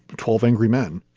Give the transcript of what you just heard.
twelve angry men,